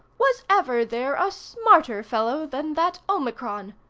was ever there a smarter fellow than that omicron?